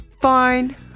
Fine